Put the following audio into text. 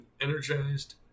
energized